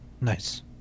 nice